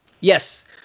Yes